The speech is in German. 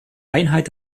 einheit